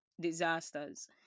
disasters